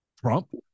Trump